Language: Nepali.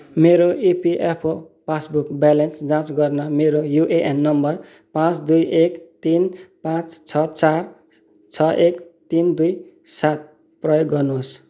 मेरो इपीएफओ पासबुक ब्यालेन्स जाँच गर्न मेरो युएएन नम्बर पाँच दुई एक तिन पाँच छ चार छ एक तिन दुई सात प्रयोग गर्नुहोस्